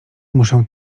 muszę